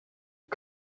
and